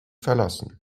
verlassen